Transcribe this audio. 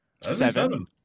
Seven